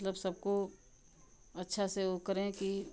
मतलब सबको अच्छा सा वह करें कि